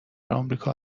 امریکا